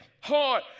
Hard